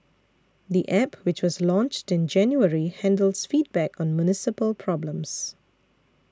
the App which was launched in January handles feedback on municipal problems